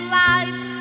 life